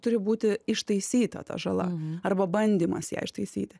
turi būti ištaisyta ta žala arba bandymas ją ištaisyti